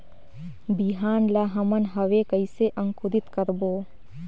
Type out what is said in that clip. बिहान ला हमन हवे कइसे अंकुरित करबो?